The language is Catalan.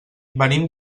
venim